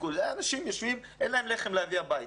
אנשים יושבים, אין להם לחם להביא הביתה.